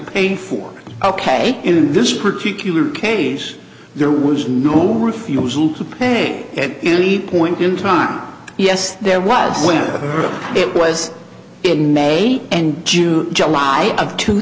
pay for ok in this particular case there was no refusal to pay it you need point in time yes there was when it was in may and june july of two